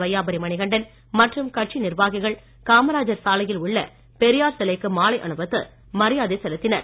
வையாபுரி மணிகண்டன் மற்றும் கட்சி நிர்வாகிகள் காமராஜர் சாலையில் உள்ள பெரியார் சிலைக்கு மாலை அணிவித்து மரியாதை செலுத்தினர்